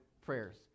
prayers